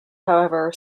however